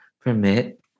permit